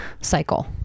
cycle